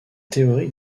théorie